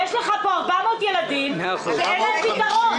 יש פה 400 ילדים שאין להם פתרון.